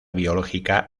biológica